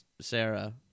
Sarah